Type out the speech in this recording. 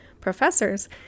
professors